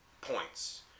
points